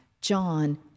John